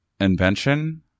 invention